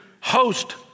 host